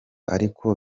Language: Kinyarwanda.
ariko